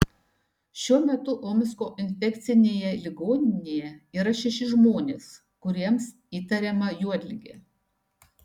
šiuo metu omsko infekcinėje ligoninėje yra šeši žmonės kuriems įtariama juodligė